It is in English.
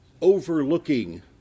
overlooking